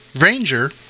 Ranger